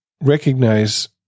recognize